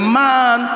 man